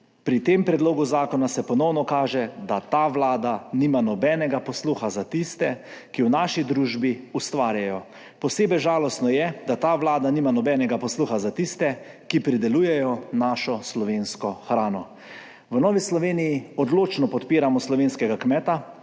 Pri tem predlogu zakona se ponovno kaže, da ta vlada nima nobenega posluha za tiste, ki v naši družbi ustvarjajo. Posebej žalostno je, da ta vlada nima nobenega posluha za tiste, ki pridelujejo našo slovensko hrano. V Novi Sloveniji odločno podpiramo slovenskega kmeta,